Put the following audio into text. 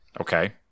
Okay